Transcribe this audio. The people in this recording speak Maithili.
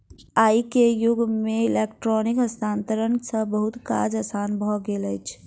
आई के युग में इलेक्ट्रॉनिक हस्तांतरण सॅ बहुत काज आसान भ गेल अछि